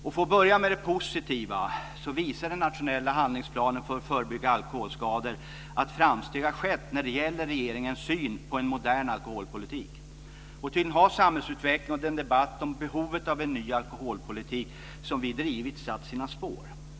För att börja med det positiva visar den nationella handlingsplanen för att förebygga alkoholskador att framsteg har skett när det gäller regeringens syn på en modern alkoholpolitik. Tydligen har samhällsutvecklingen och den debatt om behovet av en ny alkoholpolitik som vi drivit satt sina spår.